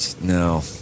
No